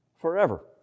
forever